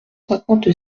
cinquante